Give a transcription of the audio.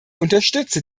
unterstütze